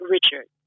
Richard